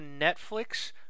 Netflix